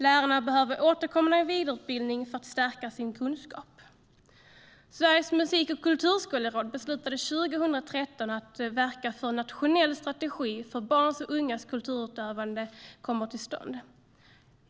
Lärarna behöver återkommande vidareutbildning för att stärka sin kunskap. Sveriges Musik och Kulturskoleråd beslutade 2013 att verka för att en nationell strategi för barns och ungas kulturutövande ska komma till stånd.